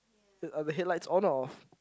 are the headlights on or off